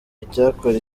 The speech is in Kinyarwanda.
icyakora